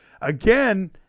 again